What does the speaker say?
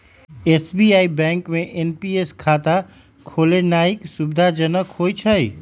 SBI bank में NPS खता खोलेनाइ सुविधाजनक होइ छइ